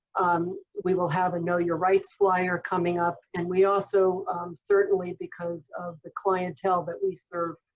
um we will have a know your rights flier coming up. and we also certainly, because of the clientele that we serve,